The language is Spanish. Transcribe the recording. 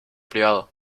privado